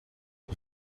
een